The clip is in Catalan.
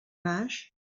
naix